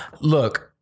Look